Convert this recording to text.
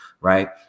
right